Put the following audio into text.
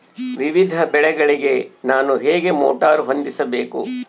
ವಿವಿಧ ಬೆಳೆಗಳಿಗೆ ನಾನು ಹೇಗೆ ಮೋಟಾರ್ ಹೊಂದಿಸಬೇಕು?